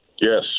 Yes